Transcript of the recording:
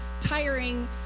tiring